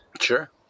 Sure